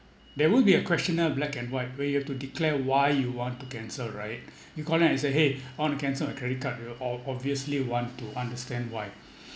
there won't be a questionnaire black and white where you have to declare why you want to cancel right you call them and say !hey! I want to cancel my credit card they'll all obviously want to understand why